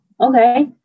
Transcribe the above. okay